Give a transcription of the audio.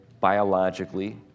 biologically